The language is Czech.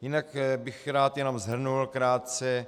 Jinak bych rád jenom shrnul krátce